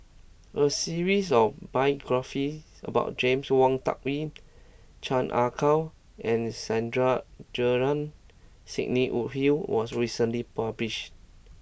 a series of biographies about James Wong Tuck Yim Chan Ah Kow and Sandrasegaran Sidney Woodhull was recently published